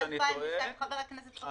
חבר הכנסת פריצקי,